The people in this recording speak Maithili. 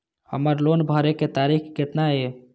हमर लोन भरे के तारीख केतना ये?